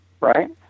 right